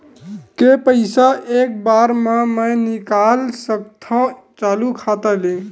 के पईसा एक बार मा मैं निकाल सकथव चालू खाता ले?